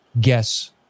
guess